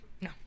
no